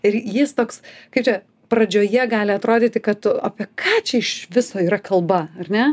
ir jis toks kaip čia pradžioje gali atrodyti kad tu apie ką čia iš viso yra kalba ar ne